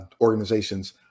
organizations